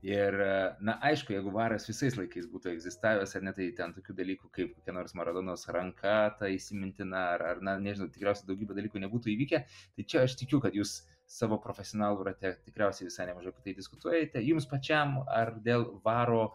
ir na aišku jeigu varas visais laikais būtų egzistavęs ar ne tai ten tokių dalykų kaip kokia nors maradonos ranka ta įsimintina ar ar na nežinau tikriausia daugybė dalykų nebūtų įvykę tai čia aš tikiu kad jūs savo profesionalų rate tikriausiai visai nemažai apie tai diskutuojate jums pačiam ar dėl varo